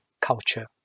culture